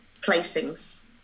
placings